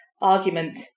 argument